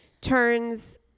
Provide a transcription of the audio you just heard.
turns